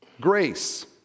grace